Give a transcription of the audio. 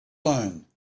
learn